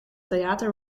theater